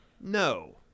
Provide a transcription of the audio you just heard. no